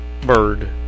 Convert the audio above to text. Bird